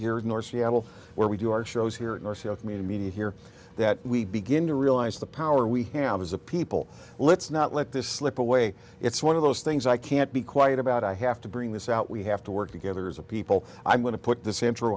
you're in or seattle where we do our shows here in our self made media here that we begin to realize the power we have as a people let's not let this slip away it's one of those things i can't be quiet about i have to bring this out we have to work together as a people i'm going to put the cent